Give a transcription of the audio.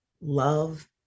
love